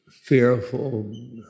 fearful